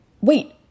wait